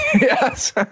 Yes